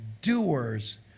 doers